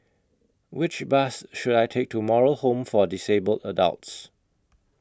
Which Bus should I Take to Moral Home For Disabled Adults